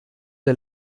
der